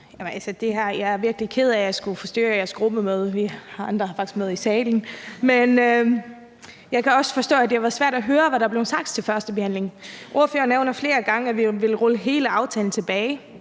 Jeg er virkelig ked af at skulle forstyrre jeres gruppemøde, men vi andre har et møde i salen. Jeg kan forstå, at det var svært at høre, hvad der blev sagt til førstebehandlingen. Ordføreren nævner flere gange, at vi vil rulle hele aftalen tilbage,